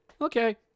okay